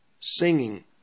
singing